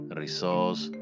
resource